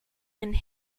and